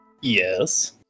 Yes